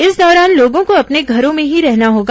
इस दौरान लोगों को अपने घरों में ही रहना होगा